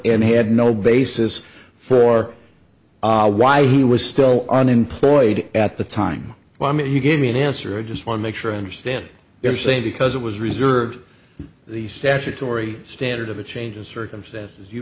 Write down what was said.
and had no basis for why he was still unemployed at the time i mean you give me an answer just on make sure i understand you're saying because it was reserved the statutory standard of a change of circumstances you